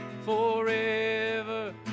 forever